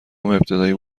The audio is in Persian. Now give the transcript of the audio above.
ابتدایی